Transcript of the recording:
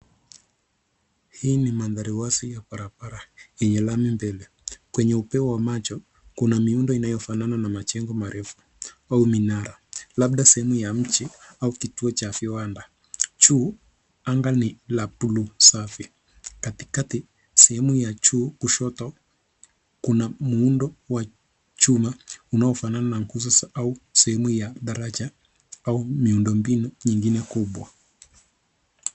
Hii ni mandhari wazi ya barabara yenye lami mbele. Kwenye upeo wa macho, kuna miundo inayofanana na majengo marefu au minara labda sehemu ya mji au kituo cha viwanda. Juu anga ni la buluu safi. Katikati sehemu ya juu kushoto kuna muundo wa chuma unaofanana na nguzo au sehemu ya daraja au miundo mbinu nyingine kubwa.